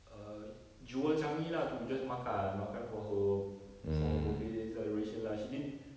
err jewel changi lah to just makan makan for her for her birthday celebration lah she didn't